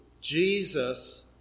Jesus